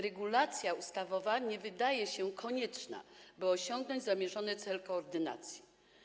Regulacja ustawowa nie wydaje się konieczna, by osiągnąć zamierzony cel koordynacji.